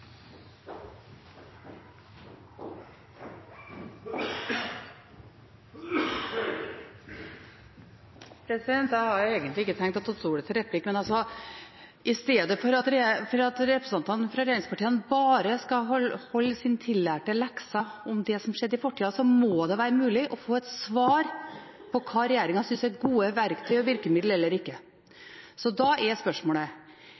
Jeg hadde egentlig ikke tenkt å ta ordet til replikk, men altså: I stedet for at representantene fra regjeringspartiene bare skal holde sin tillærte lekse om det som skjedde i fortida, må det være mulig å få et svar på hva regjeringen synes er gode verktøy og virkemidler – eller ikke. Da er spørsmålet: